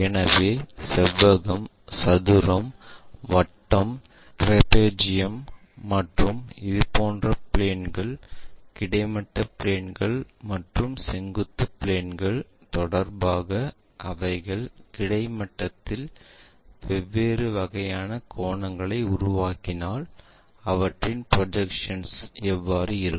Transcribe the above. எனவே செவ்வகம் சதுரம் வட்டம் ட்ரேபீஜியம் மற்றும் இதுபோன்ற பிளேன்கள் கிடைமட்ட பிளேன்கள் மற்றும் செங்குத்து பிளேன்கள் தொடர்பாக அவைகள் கிடைமட்டத்தில் வெவ்வேறு வகையான கோணங்களை உருவாக்கினால் அவற்றின் ப்ரொஜெக்ஷன் எவ்வாறு இருக்கும்